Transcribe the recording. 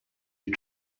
you